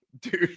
dude